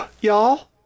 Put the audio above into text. Y'all